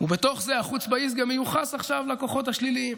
ובתוך זה ה"חוצפה יסגא" מיוחס עכשיו לכוחות השליליים.